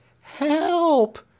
Help